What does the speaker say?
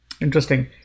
Interesting